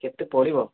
କେତେ ପଡ଼ିବ